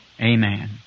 Amen